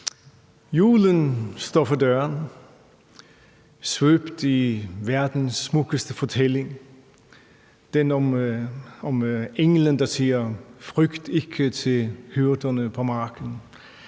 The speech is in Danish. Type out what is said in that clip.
Julen står for døren, svøbt i verdens smukkeste fortælling om englen, der siger til hyrderne på marken: